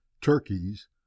turkeys